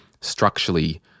structurally